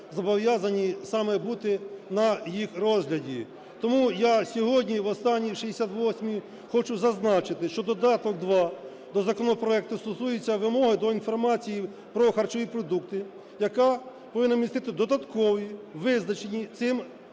зобов'язані саме бути на їх розгляді. Тому я сьогодні, в останній, 68-й хочу зазначити, що додаток 2 до законопроекту стосується вимоги до інформації про харчові продукти, які повинні містити додаткові, визначені цим додатком,